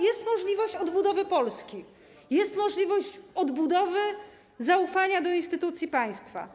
Jest możliwość odbudowy Polski, jest możliwość odbudowy zaufania do instytucji państwa.